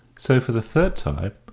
so, for the third time,